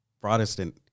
Protestant